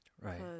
Right